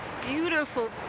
beautiful